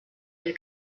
der